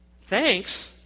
thanks